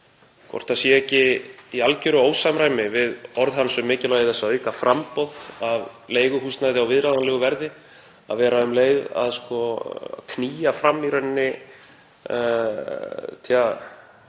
hvort það sé ekki í algeru ósamræmi við orð hans, um mikilvægi þess að auka framboð af leiguhúsnæði á viðráðanlegu verði, að vera um leið að knýja fram fækkun